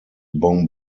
bon